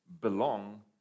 belong